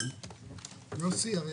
יוסי אריה,